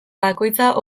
bakoitza